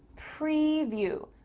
preview,